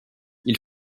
ils